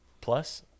Plus